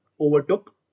overtook